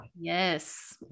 Yes